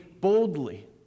boldly